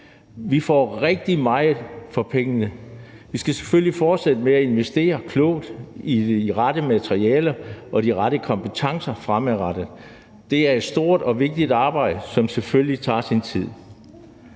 Vi får rigtig meget for pengene. Vi skal selvfølgelig fortsætte med at investere klogt i de rette materialer og de rette kompetencer fremadrettet. Det er et stort og vigtigt arbejde, som selvfølgelig tager sin tid.